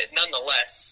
nonetheless